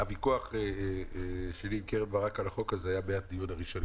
הוויכוח שלי עם קרן ברק על החוק הזה היה מהדיון הראשון,